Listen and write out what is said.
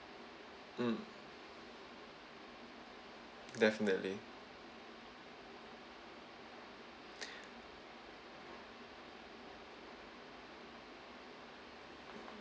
mm definitely